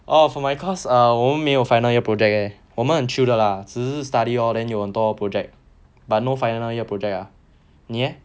oh for my course err 我们没有 final year project eh 我们很 chill 的啦只是 study lor then 有很多 project but no final year project ah 你 eh